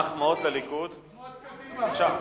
בסדר.